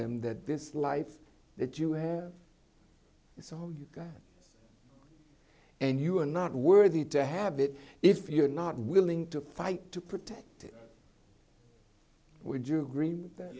them that this life that you have it's own guns and you are not worthy to have it if you're not willing to fight to protect it would you agree with that